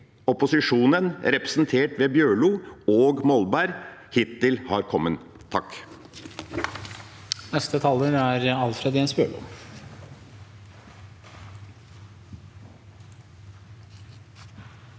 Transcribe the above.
opposisjonen, representert ved Bjørlo og Molberg, hittil har kommet.